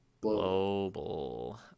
Global